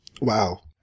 Wow